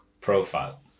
profile